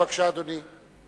בבקשה, אדוני.